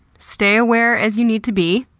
stay aware as you need to be,